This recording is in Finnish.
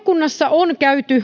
on